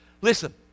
Listen